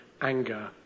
anger